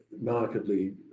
markedly